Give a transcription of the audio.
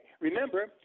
Remember